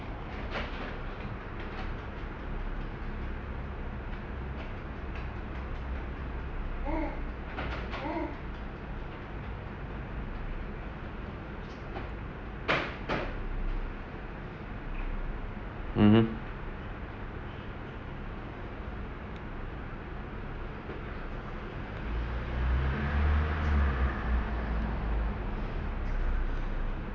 mmhmm